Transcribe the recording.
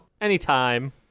anytime